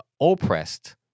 oppressed